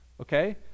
okay